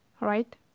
right